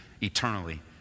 eternally